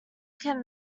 can